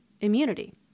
immunity